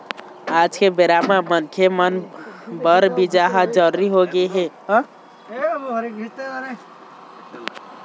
आज के बेरा म मनखे मन बर बीमा ह जरुरी होगे हे, आजकल तो कतको जिनिस मन के बीमा अलगे अलगे ढंग ले होवत हे